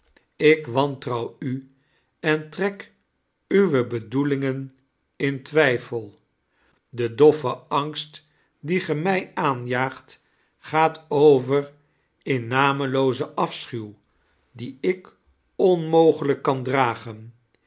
ik wantrouw u en trek uwe bedoelingen in twijfel de doffe angst die ge mij aanjaagt gaat over in nameloozen afschuw dien ik onmogelijk kan dragen